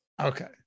okay